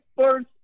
first